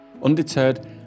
Undeterred